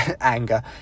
anger